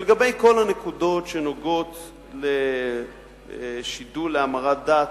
לגבי כל הנקודות שנוגעות לשידול להמרת דת,